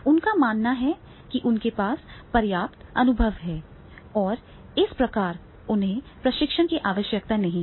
उनका मानना है कि उनके पास पर्याप्त अनुभव है और इस प्रकार उन्हें प्रशिक्षण की आवश्यकता नहीं है